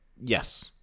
yes